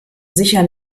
sicher